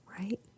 right